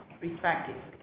respectively